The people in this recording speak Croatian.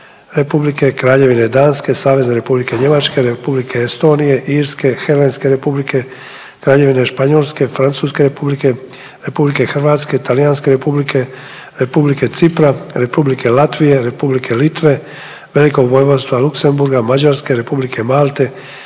Republike, Kraljevine Danske, SR Njemačke, Republike Estonije, Irske, Helenske Republike, Kraljevine Španjolske, Francuske Republike, Republike Hrvatske, Talijanske Republike, Republike Cipra, Republike Latvije, Republike Litve, Velikoj Vojvodstva Luksemburga, Mađarske, Republike Malte,